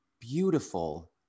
beautiful